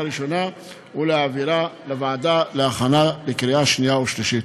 ראשונה ולהעבירה לוועדת להכנה לקריאה שנייה ושלישית.